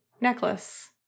Necklace